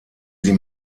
sie